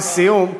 לסיום,